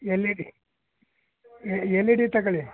L E D L E D Tagali